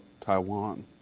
Taiwan